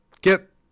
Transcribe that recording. get